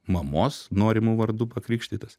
mamos norimu vardu pakrikštytas